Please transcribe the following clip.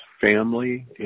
family